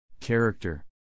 Character